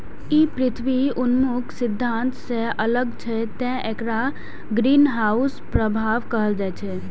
ई पृथ्वी उन्मुख सिद्धांत सं अलग छै, तें एकरा ग्रीनहाउस प्रभाव कहल जाइ छै